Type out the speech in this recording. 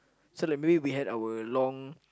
so the minute we has our long